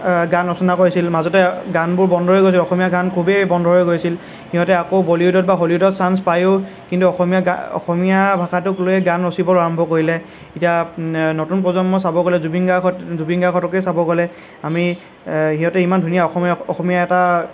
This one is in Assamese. গান ৰচনা কৰিছিল মাজতে গানবোৰ বন্ধ হৈ গৈছিল অসমীয়া গান খুবেই বন্ধ হৈ গৈছিল সিহঁতে আকৌ বলিউডত বা হলিউডত চাঞ্চ পায়ো কিন্তু অসমীয়া গা অসমীয়া ভাষাটোক লৈয়ে গান ৰচিবলৈ আৰম্ভ কৰিলে এতিয়া নতুন প্ৰজন্ম চাব গ'লে জুবিন গাৰ্গহঁত জুবিন গাৰ্গহঁতকে চাব গ'লে আমি সিহঁতে ইমান ধুনীয়া অসমীয়া অসমীয়া এটা